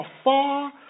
afar